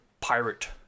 pirate